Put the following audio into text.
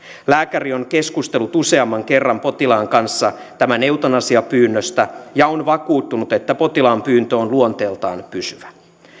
lääkäri on keskustellut useamman kerran potilaan kanssa tämän eutanasiapyynnöstä ja on vakuuttunut että potilaan pyyntö on luonteeltaan pysyvä